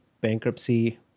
bankruptcy